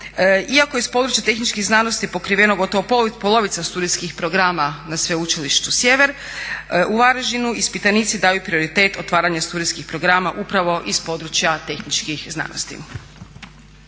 iako iz područja tehničkih znanosti pokriveno gotovo polovica studijskih programa na Sveučilištu Sjever u Varaždinu ispitanici daju prioritet otvaranju studijskih programa upravo iz područja tehničkih znanosti.